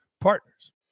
partners